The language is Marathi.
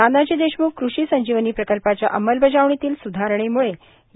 नानाजी देशमुख कृषी संजीवनी प्रकल्पाच्या अंमलबजावणीतील सुधारणेमुळे या